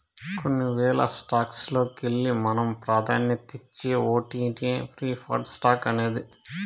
కొన్ని వేల స్టాక్స్ లోకెల్లి మనం పాదాన్యతిచ్చే ఓటినే ప్రిఫర్డ్ స్టాక్స్ అనేది